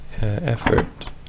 effort